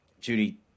Judy